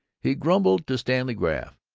he grumbled to stanley graff,